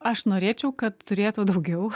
aš norėčiau kad turėtų daugiau